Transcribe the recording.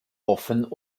offen